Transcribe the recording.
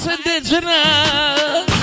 Indigenous